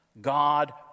God